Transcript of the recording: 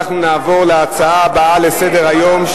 אנחנו נעבור להצעות הבאות לסדר-היום: